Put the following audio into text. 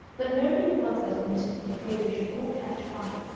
but nobody wants that admitted for fear we should all catch fire,